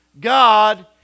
God